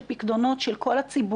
של פיקדונות של כל הציבור.